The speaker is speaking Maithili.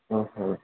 हुँ हुँ